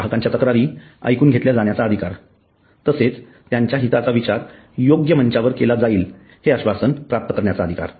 ग्राहकांच्या तक्रारी एकूण घेतल्या जाण्याचा अधिकार तसेच त्यांच्या हिताचा विचार योग्य मंचांवर केला जाईल हे आश्वासन प्राप्त करण्याचा अधिकार